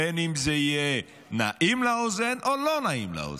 בין אם זה יהיה נעים לאוזן או לא נעים לאוזן.